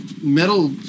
metal